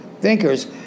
thinkers